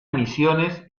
misiones